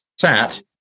sat